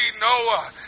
Noah